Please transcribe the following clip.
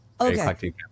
okay